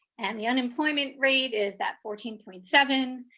and the unemployment rate is at fourteen point seven.